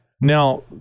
Now